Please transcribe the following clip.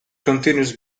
continues